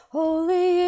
holy